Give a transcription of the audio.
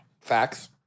Facts